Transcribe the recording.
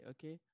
Okay